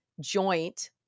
joint